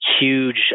huge